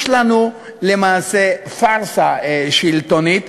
יש לנו למעשה פארסה שלטונית,